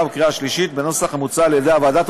ובקריאה השלישית בנוסח המוצע על-ידי הוועדה.